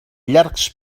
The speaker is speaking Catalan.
llargs